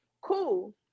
Cool